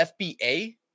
FBA